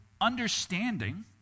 understanding